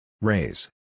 Raise